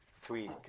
three